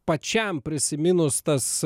pačiam prisiminus tas